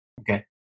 Okay